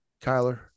kyler